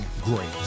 great